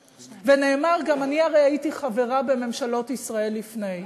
ונאמר, גם אני הרי הייתי חברה בממשלת ישראל לפני,